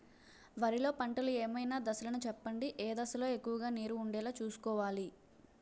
వరిలో పంటలు ఏమైన దశ లను చెప్పండి? ఏ దశ లొ ఎక్కువుగా నీరు వుండేలా చుస్కోవలి?